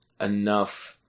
enough